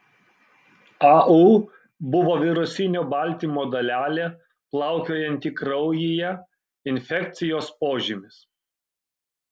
au buvo virusinio baltymo dalelė plaukiojanti kraujyje infekcijos požymis